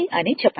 అని చెప్పండి